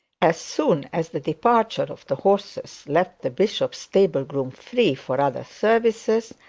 as soon as the departure of the horses left the bishop's stable-groom free for other services,